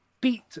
beat